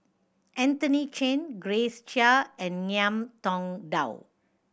Anthony Chen Grace Chia and Ngiam Tong Dow